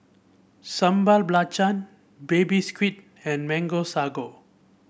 Sambal Belacan Baby Squid and Mango Sago